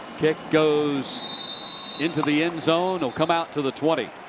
kick goes into the end zone. will come out to the twenty.